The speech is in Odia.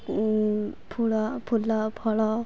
ଫଳ ଫୁଲ ଫଳ